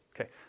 Okay